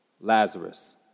Lazarus